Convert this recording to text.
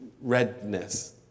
redness